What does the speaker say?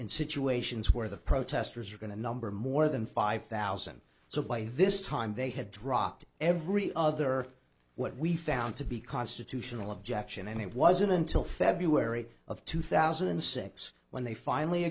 in situations where the protesters are going to number more than five thousand so by this time they had dropped every other what we found to be constitutional objection i mean it wasn't until february of two thousand and six when they finally